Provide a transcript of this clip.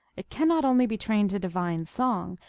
it can not only be trained to divine song,